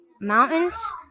mountains